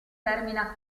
termina